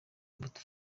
imbuto